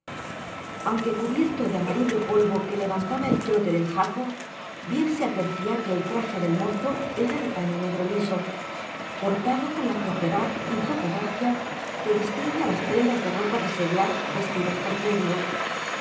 aunque cubierto de amarillo polvo que levantaba el trote del jaco bien se advertía que el traje del mozo era de paño negro liso cortado con la flojedad y poca gracia que distingue a las prendas de ropa de seglar vestidas por